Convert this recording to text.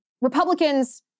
Republicans